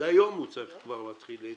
היום הוא כבר מתחיל להתמודד,